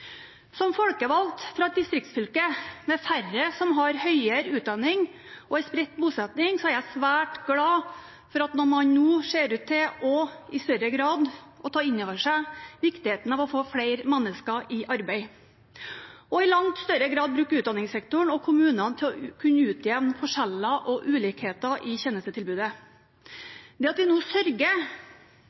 Som folkevalgt fra et distriktsfylke med færre som har høyere utdanning og en spredt bosetning, er jeg svært glad for at man nå ser ut til i større grad å ta inn over seg viktigheten av å få flere mennesker i arbeid og i langt større grad bruke utdanningssektoren og kommunene til å kunne utjevne ulikheter i tjenestetilbudet. Det at vi nå sørger